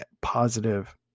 positive